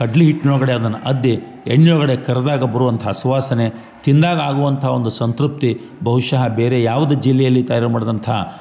ಕಡ್ಲಿ ಹಿಟ್ನ ಒಳಗಡೆ ಅದನ್ನು ಅದ್ದಿ ಎಣ್ಣಿ ಒಳಗಡೆ ಕರ್ದಾಗ ಬರುವಂಥ ಸುವಾಸನೆ ತಿಂದಾಗ ಆಗುವಂಥ ಒಂದು ಸಂತೃಪ್ತಿ ಬಹುಶಃ ಬೇರೆ ಯಾವ್ದು ಜಿಲ್ಲೆಯಲ್ಲಿ ತಯಾರು ಮಾಡ್ದಂಥ